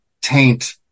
taint